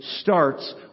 starts